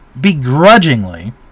begrudgingly